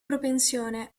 propensione